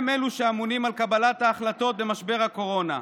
הם אלו שאמונים על קבלת ההחלטות במשבר הקורונה,